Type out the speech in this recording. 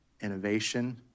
innovation